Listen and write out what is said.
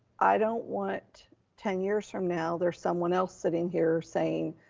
i don't want ten years from now. there's someone else sitting here saying,